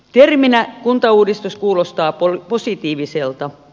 terminä kuntauudistus kuulostaa positiiviselta